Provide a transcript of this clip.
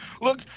Look